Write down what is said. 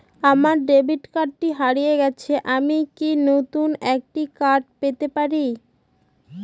আমার ডেবিট কার্ডটি হারিয়ে গেছে আমি কি নতুন একটি কার্ড পেতে পারি?